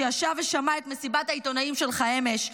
שישב ושמע את מסיבת העיתונאים שלך אמש,